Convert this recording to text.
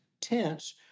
tense